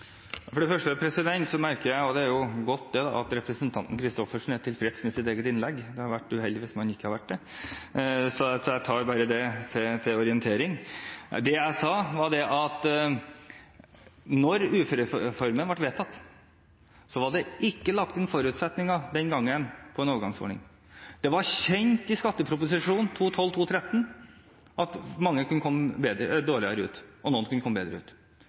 Det er godt at representanten Christoffersen er tilfreds med sitt eget innlegg, det hadde vært uheldig hvis hun ikke hadde vært det. Jeg tar det til orientering. Det jeg sa, var at da uførereformen ble vedtatt, var det ikke lagt inn forutsetninger om en overgangsordning. Det var kjent i skatteproposisjonen for 2012–2013 at mange kunne komme dårligere ut, og at noen kunne komme bedre ut,